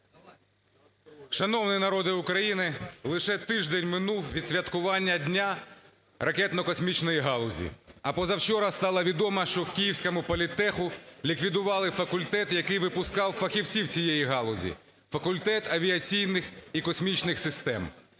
Шановний народе України! Лише тиждень минув від святкування Дня ракетно-космічної галузі, а позавчора стало відомо, що в Київському політеху ліквідували факультет, який випускав фахівців цієї галузі, – Факультет авіаційних і космічних систем.